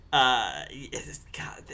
God